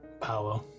Power